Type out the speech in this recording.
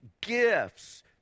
gifts